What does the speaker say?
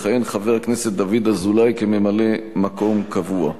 יכהן חבר הכנסת דוד אזולאי כממלא-מקום קבוע.